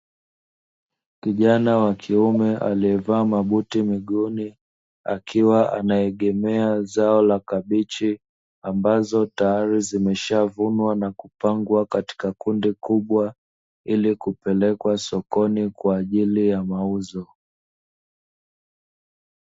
Kijana wa kiume aliyevaa mabuti miguuni akiwa anaegemea zao la kabichi ambazo tayari zimeshavunwa na kupangwa katika kundi kubwa, ili kupelekwa sokoni kwa ajili ya mauzo.